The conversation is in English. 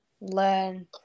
learn